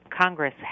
Congress